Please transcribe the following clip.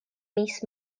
mis